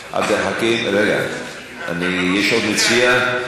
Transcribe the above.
רגע, יש עוד מציע?